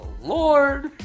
Lord